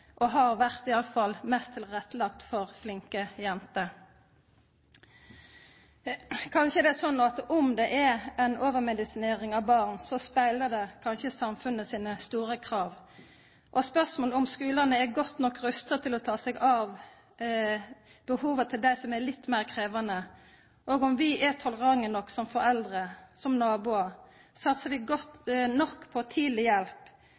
fall har vore – mest lagd til rette for flinke jenter. Om det er ei overmedisinering av barn, speglar det kanskje samfunnet sine store krav. Spørsmålet er om skulane er godt nok rusta til å ta seg av behova til dei som er litt meir krevjande, og om vi er tolerante nok som foreldre, som naboar. Satsar vi godt nok på tidleg hjelp,